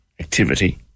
activity